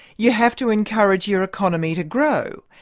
you have to encourage your economy to grow.